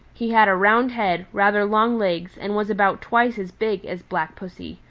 he had a round head, rather long legs, and was about twice as big as black pussy.